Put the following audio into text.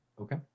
Okay